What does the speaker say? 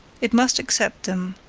it must accept them,